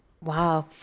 Wow